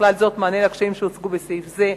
ובכלל זה מענה על הקשיים שהוצגו בסעיף זה,